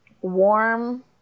warm